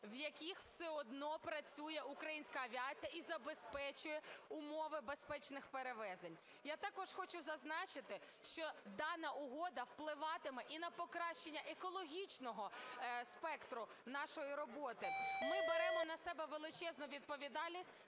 в яких все одно працює українська авіація і забезпечує умови безпечних перевезень. Я також хочу зазначити, що дана угода впливатиме і на покращення екологічного спектру нашої роботи. Ми беремо на себе величезну відповідальність